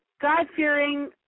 God-fearing